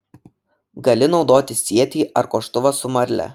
gali naudoti sietį ar koštuvą su marle